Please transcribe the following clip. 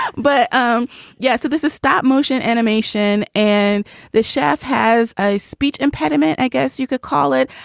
ah but um yeah. so this is stop motion animation and the chef has a speech impediment. i guess you could call it.